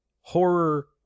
horror